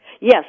yes